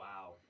wow